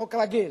לחוק רגיל.